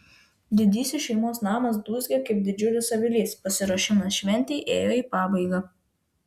didysis šeimos namas dūzgė kaip didžiulis avilys pasiruošimas šventei ėjo į pabaigą